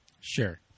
Sure